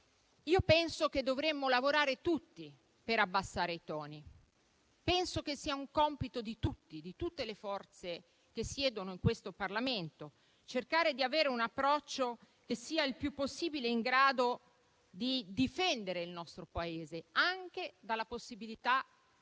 Penso che dovremmo lavorare tutti per abbassare i toni e penso che sia un compito di tutti, di tutte le forze che siedono in questo Parlamento, cercare di avere un approccio il più possibile in grado di difendere il nostro Paese anche dalla possibilità